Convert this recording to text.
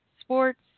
sports